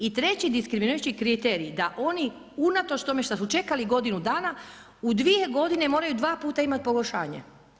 I treći diskriminirajući kriterij da oni unatoč tome što su čekali godinu dana, u dvije godine moraju dva puta imati pogoršanje.